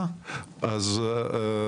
שעכשיו עוברים העולים החדשים האומנים.